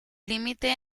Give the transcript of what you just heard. límite